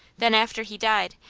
then after he died,